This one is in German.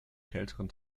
kälteren